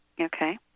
Okay